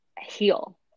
heal